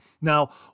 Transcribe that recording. Now